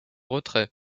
retrait